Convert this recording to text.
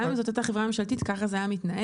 גם אם זו הייתה חברה ממשלתית, ככה זה היה מתנהל.